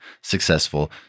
successful